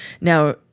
Now